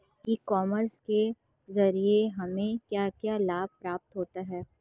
ई commerce के ज़रिए हमें क्या क्या लाभ प्राप्त होता है?